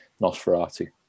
Nosferatu